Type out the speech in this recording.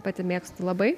pati mėgstu labai